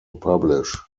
publish